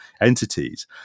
entities